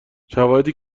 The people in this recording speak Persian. شواهدی